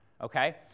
Okay